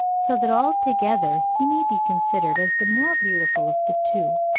so that altogether he may be considered as the more beautiful of the two.